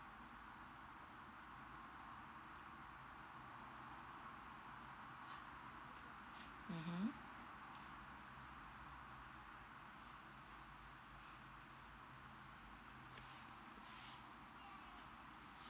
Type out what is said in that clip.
mmhmm